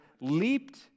leaped